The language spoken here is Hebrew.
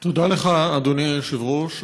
תודה לך, אדוני היושב-ראש.